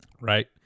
Right